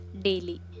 daily